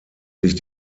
sich